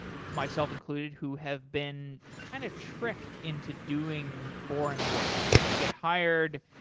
myself included, who have been kind of tricked into doing boring work. you get hired,